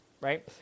right